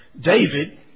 David